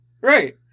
Right